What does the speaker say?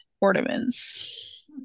ornaments